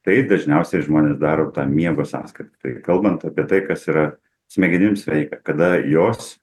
tai dažniausiai žmonės daro tą miego sąskaita tai kalbant apie tai kas yra smegenims sveika kada jos